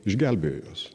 išgelbėjo juos